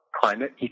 Climate